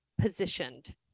positioned